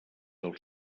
del